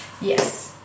Yes